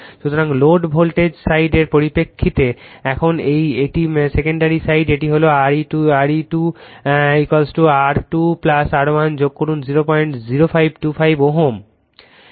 সুতরাং low voltage সাইডের পরিপ্রেক্ষিতে এখন এটি সেকেন্ডারি সাইড এটি হল RE2 R2 R1 যোগ করুন এটি 00525 Ω